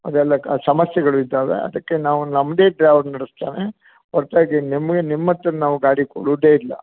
ಅದೆಲ್ಲ ಕ ಸಮಸ್ಯೆಗಳು ಇದ್ದಾವೆ ಅದಕ್ಕೆ ನಾವು ನಮ್ಮದೇ ಟ್ರಾವೆಲ್ ನಡೆಸ್ತೇನೆ ಹೊರ್ತಾಗಿ ನಿಮಗೆ ನಿಮ್ಮ ಹತ್ರ ನಾವು ಗಾಡಿ ಕೊಡೋದೇ ಇಲ್ಲ